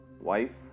wife